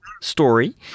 story